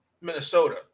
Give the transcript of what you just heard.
Minnesota